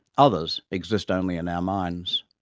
others exist only in our minds.